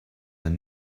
and